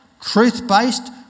truth-based